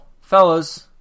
fellas